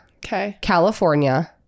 California